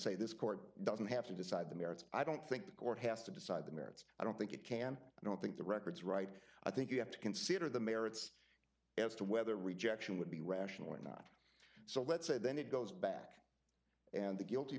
say this court doesn't have to decide the merits i don't think the court has to decide the merits i don't think it can i don't think the records right i think you have to consider the merits as to whether rejection would be rational or not so let's say then it goes back and the guilty